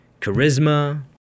charisma